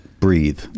breathe